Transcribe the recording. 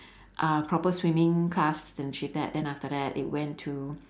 uh proper swimming class and achieve that and after that it went to